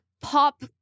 pop